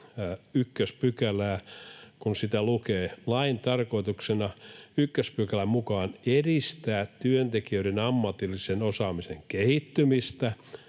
ykköspykälää: ”Lain tarkoituksena on ykköspykälän mukaan edistää työntekijöiden ammatillisen osaamisen kehittymistä.